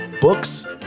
books